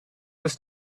was